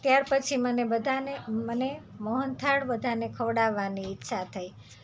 ત્યાર પછી મને બધાને મને મોહનથાળ બધાને ખવડાવવાની ઈચ્છા થઇ